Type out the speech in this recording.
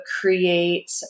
create